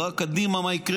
הוא ראה קדימה, מה יקרה,